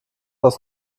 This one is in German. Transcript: aus